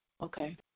Okay